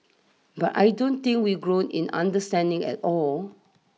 but I don't think we've grown in understanding at all